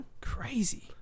Crazy